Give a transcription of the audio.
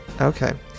Okay